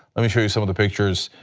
let me show you some of the pictures.